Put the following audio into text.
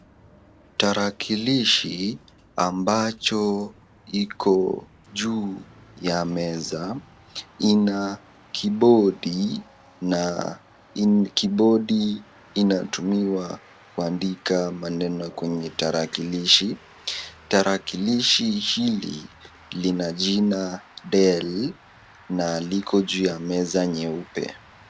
Tarakilishi ambacho iko juu ya meza ina kibodi na kibodi inatumiwa kuandika maneno kwenye tarakilishi. Tarakilishi hili lina jina Dell na liko juu ya meza nyeupe.